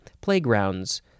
playgrounds